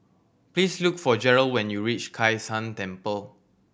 please look for Jerel when you reach Kai San Temple